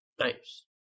Nice